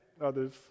Others